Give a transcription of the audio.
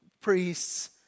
priests